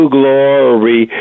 glory